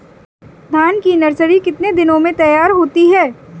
धान की नर्सरी कितने दिनों में तैयार होती है?